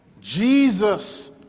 Jesus